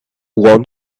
want